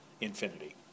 infinity